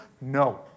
no